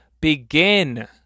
begin